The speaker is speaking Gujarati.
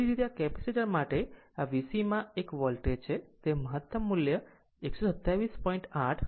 તે જ રીતે આ કેપેસિટર માટે તે આ VC માં એક વોલ્ટેજ છે તે મહતમ મૂલ્ય 127